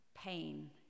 Pain